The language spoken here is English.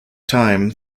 time